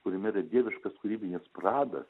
kuriame yra dieviškas kūrybinis pradas